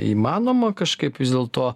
įmanoma kažkaip vis dėlto